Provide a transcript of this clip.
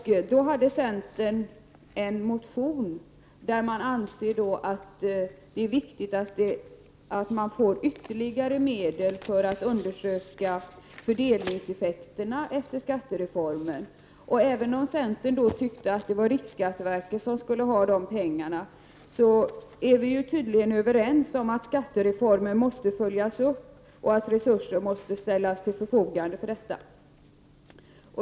Centern stod då bakom en motion där man ansåg att det är viktigt att avsätta ytterligare medel för att undersöka fördelningseffekterna av skattereformen. Även om centern ansåg att det är riksskatteverket som skall ha dessa pengar, är vi tydligen överens om att skattereformen måste följas upp och att resurser måste ställas till förfogande för detta.